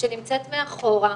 שנמצאת מאחורה,